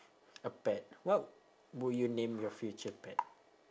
a pet what would you name your future pet